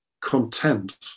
content